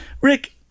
Rick